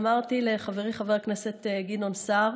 אמרתי לחברי חבר הכנסת גדעון סער,